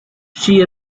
she